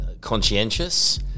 conscientious